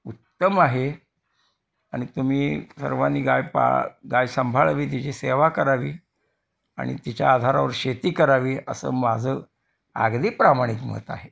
उत्तम आहे आणि तुम्ही सर्वांनी गाय पा गाय संभाळावी तिची सेवा करावी आणि तिच्या आधारावर शेती करावी असं माझं आगदी प्रामाणिक मत आहे